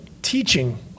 teaching